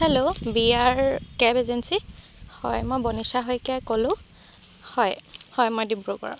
hello B R cab agency হয় মই বনীশা শইকীয়াই কলোঁ হয় হয় মই ডিব্ৰুগড়ৰৰ